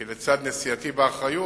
כי לצד נשיאתי באחריות,